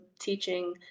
teaching